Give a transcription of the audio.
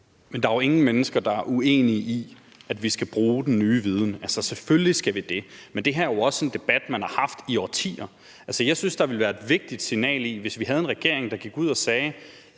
Men der er jo ingen mennesker, der er uenige i, at vi skal bruge den nye viden; selvfølgelig skal vi det. Men det her jo også en debat, man har haft i årtier. Altså, jeg synes, der ville være et vigtigt signal i, hvis vi havde en regering, der gik ud og sagde: